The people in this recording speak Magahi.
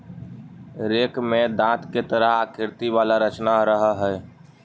रेक में दाँत के तरह आकृति वाला रचना रहऽ हई